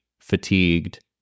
fatigued